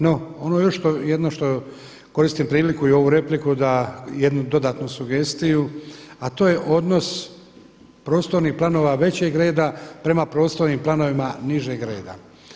No, ono što još jedino koristim priliku i ovu repliku da jednu dodatnu sugestiju, a to je odnos prostornih planova većeg reda prema prostornim planovima nižeg reda.